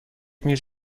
میز